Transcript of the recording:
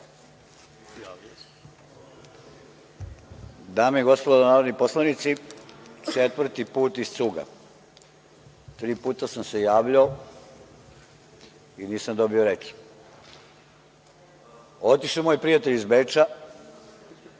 Dame i gospodo narodni poslanici, četvrti put iz cuga, tri puta sam se javljao i nisam dobio reč. Otišao moj prijatelj iz Beča,